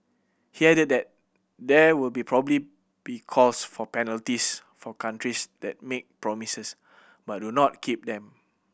he added that there will probably be calls for penalties for countries that make promises but do not keep them